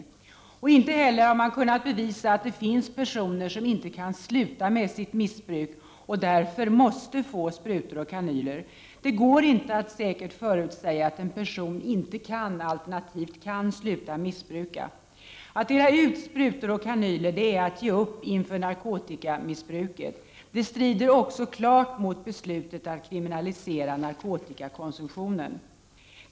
Man har inte heller kunnat bevisa att det skulle finnas personer som inte kan sluta med sitt missbruk och därför måste få sprutor och kanyler. Det går inte att säkert förutsäga att en person inte alternativt kan sluta missbruka. Att dela ut sprutor och kanyler är att ge upp inför narkotikamissbruket. Det strider också klart mot beslutet att kriminalisera narkotikakonsumtionen.